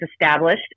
established